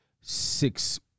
six